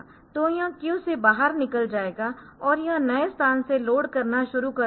तो यह क्यू से बाहर निकल जाएगा और यह नए स्थान से लोड करना शुरू कर देगा